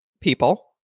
people